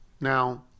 Now